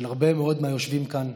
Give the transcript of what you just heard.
של הרבה מאוד מהיושבים כאן.